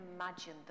imagine